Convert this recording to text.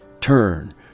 Turn